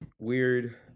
Weird